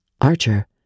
Archer